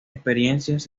experiencias